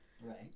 Right